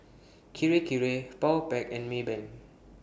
Kirei Kirei Powerpac and Maybank